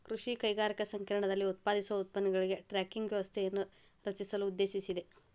ಕೃಷಿ ಕೈಗಾರಿಕಾ ಸಂಕೇರ್ಣದಲ್ಲಿ ಉತ್ಪಾದಿಸುವ ಉತ್ಪನ್ನಗಳಿಗೆ ಟ್ರ್ಯಾಕಿಂಗ್ ವ್ಯವಸ್ಥೆಯನ್ನು ರಚಿಸಲು ಉದ್ದೇಶಿಸಿದೆ